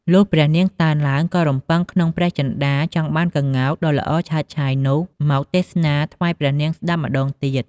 លុះព្រះនាងតើនឡើង ក៏រំពឹងក្នុងព្រះចិន្ដាចង់បានក្ងោកដ៏ល្អឆើតឆាយនោះ មកទេសនាថ្វាយព្រះនាងស្ដាប់ម្ដងទៀត។